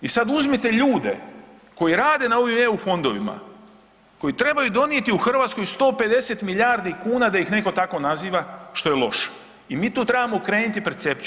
I sad uzmite ljude koji rade na ovim EU fondovima, koji trebaju donijeti u Hrvatskoj 150 milijardi kuna da ih netko tako naziva što je loše i mi tu trebamo okrenuti percepciju.